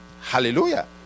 Hallelujah